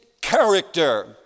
character